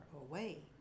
away